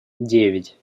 девять